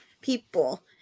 people